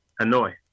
Hanoi